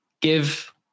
Give